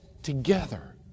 Together